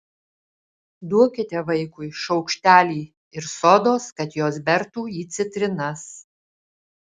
duokite vaikui šaukštelį ir sodos kad jos bertų į citrinas